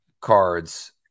cards